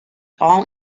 all